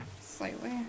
slightly